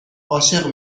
عاشق